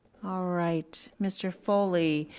all right, mr. foley,